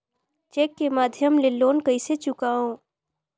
Cheque के माध्यम ले लोन कइसे चुकांव?